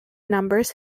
numbers